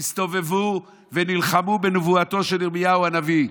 הסתובבו ונלחמו בנבואתו של ירמיהו הנביא.